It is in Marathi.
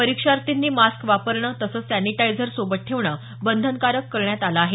परीक्षार्थींनी मास्क वापरणं तसंच सॅनिटायझर सोबत ठेवणं बंधनकारक करण्यात आलं आहे